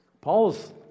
Paul's